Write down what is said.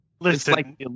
listen